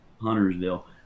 Huntersville